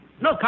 No